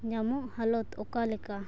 ᱧᱟᱢᱚᱜ ᱦᱟᱞᱚᱛ ᱚᱠᱟᱞᱮᱠᱟ